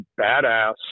badass